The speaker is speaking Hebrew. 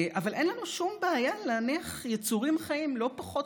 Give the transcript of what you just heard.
אבל אין לנו שום בעיה להניח יצורים חיים לא פחות